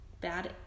bad